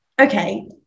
okay